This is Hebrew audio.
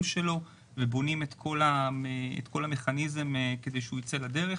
שלו ובונים את כל המכניזם כדי שהוא ייצא לדרך.